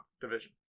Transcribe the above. division